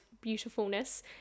beautifulness